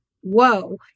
whoa